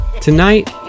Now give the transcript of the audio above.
Tonight